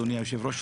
אדוני היושב-ראש,